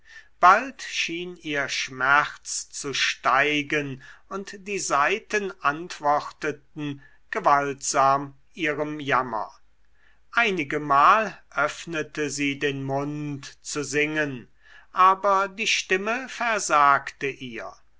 bald schien ihr schmerz zu steigen und die saiten antworteten gewaltsam ihrem jammer einigemal öffnete sie den mund zu singen aber die stimme versagte ihr